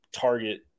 target